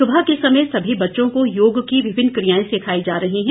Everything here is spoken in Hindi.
सुबह के समय सभी बच्चों को योग की विभिन्न क्रियाएं सिखाई जा रही हैं